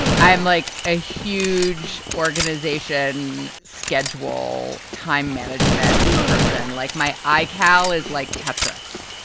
i'm like a huge organization. schedule time management person like my ike. how is like tetris?